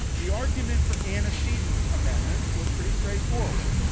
the argument for antecedent amendments was pretty straightforward.